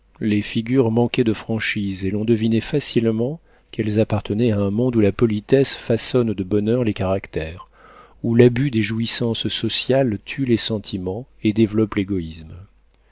les figures manquaient de franchise et l'on devinait facilement qu'elles appartenaient à un monde où la politesse façonne de bonne heure les caractères où l'abus des jouissances sociales tue les sentiments et développe l'égoïsme